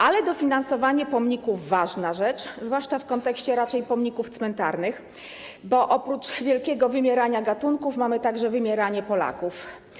Ale dofinansowanie pomników - ważna rzecz, zwłaszcza w kontekście raczej pomników cmentarnych, bo oprócz wielkiego wymierania gatunków mamy także wymieranie Polaków.